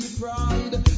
pride